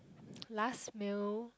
last meal